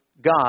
God